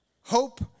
hope